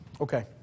Okay